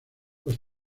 los